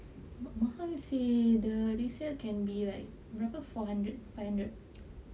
ma~ mahal seh the resale can be like four hundred five hundred